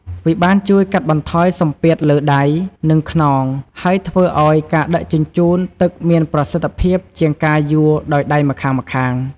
វាបានជួយកាត់បន្ថយសម្ពាធលើដៃ និងខ្នង ហើយធ្វើឱ្យការដឹកជញ្ជូនទឹកមានប្រសិទ្ធភាពជាងការយួរដោយដៃម្ខាងៗ។